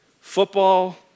Football